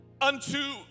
unto